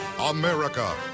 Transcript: America